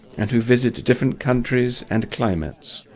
and who visit different countries and climates.